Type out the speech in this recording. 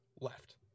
left